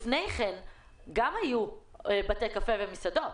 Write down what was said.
לפני כן גם היו בתי קפה ומסעדות.